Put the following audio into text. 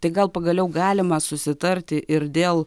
tai gal pagaliau galima susitarti ir dėl